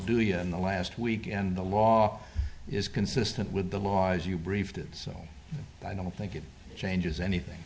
and the last week and the law is consistent with the law as you briefed it so i don't think it changes anything